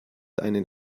einen